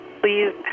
Please